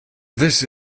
this